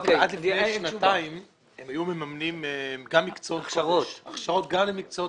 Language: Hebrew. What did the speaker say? עד לפני שנתיים הם היו מממנים הכשרות גם למקצועות